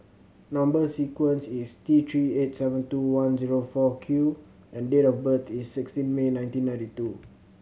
number sequence is T Three eight seven two one zero four Q and date of birth is sixteen May nineteen ninety two